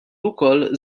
wkoll